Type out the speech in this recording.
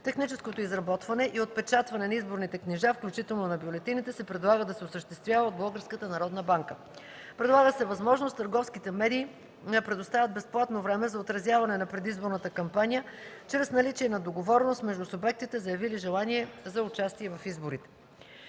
Техническото изработване и отпечатването на изборните книжа, включително на бюлетините, се предлага да се осъществява от Българска народна банка. Предлага се възможност търговските медии да предоставят безплатно време за отразяване на предизборната кампания при наличие на договореност между субектите, заявили желание за участие в изборите.